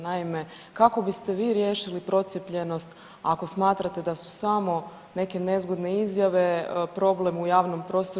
Naime, kako biste vi riješili procijepljenost ako smatrate da su samo neke nezgodne izjave problem u javnom prostoru?